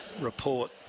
report